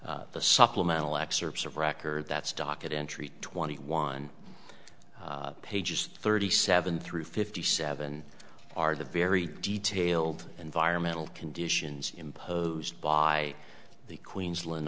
to the supplemental excerpts of record that's docket entry twenty one pages thirty seven through fifty seven are the very detailed environmental conditions imposed by the queensland